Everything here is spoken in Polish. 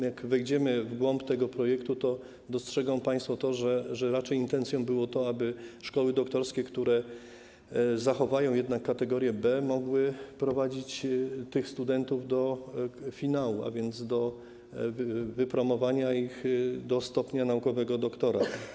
Jak wejdziemy w głąb tego projektu, to dostrzegą państwo, że raczej intencją było to, aby szkoły doktorskie, które zachowają jednak kategorię B, mogły prowadzić tych studentów do finału, a więc do wypromowania ich do stopnia naukowego doktora.